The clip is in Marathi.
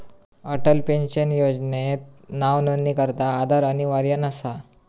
अटल पेन्शन योजनात नावनोंदणीकरता आधार अनिवार्य नसा